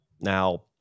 Now